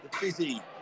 busy